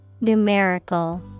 Numerical